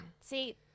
See